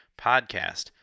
podcast